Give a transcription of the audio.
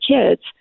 Kids